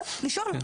צריך לשאול.